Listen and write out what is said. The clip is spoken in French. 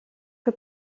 que